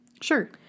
Sure